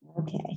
Okay